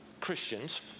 Christians